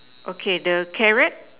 okay the carrot